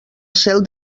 cel